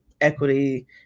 equity